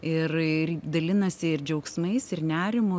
ir ir dalinasi ir džiaugsmais ir nerimu